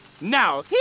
Now